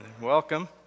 Welcome